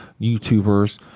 YouTubers